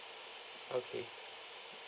okay